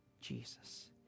Jesus